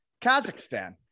Kazakhstan